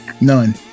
None